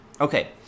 Okay